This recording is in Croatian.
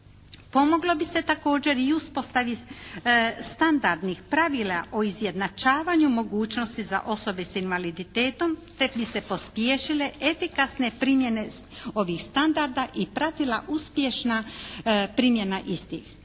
Pomoglo bi se također i uspostavi standardnih pravila o izjednačavanju mogućnosti za osobe s invaliditetom te bi se pospješile etike neprimjene ovih standarda i pratila uspješna primjena istih.